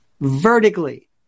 vertically